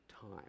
time